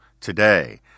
today